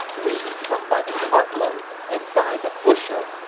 we come by the cartload and by the bushel.